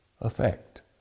effect